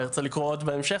ויצא לי לקרוא עוד בהמשך,